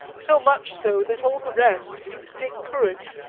so much so that all the rest seemed to take courage,